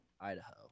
Idaho